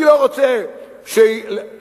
אני לא רוצה כסף,